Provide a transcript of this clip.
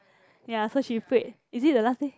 ya so she prayed is it the last day